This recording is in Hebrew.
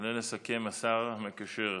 יעלה לסכם השר המקשר,